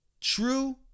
True